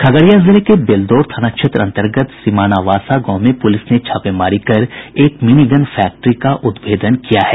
खगड़िया जिले बेलदौर थाना क्षेत्र अंतर्गत सीमानावासा गांव में पूलिस ने छापेमारी कर एक मिनी गन फैक्ट्री का उद्भेदन किया है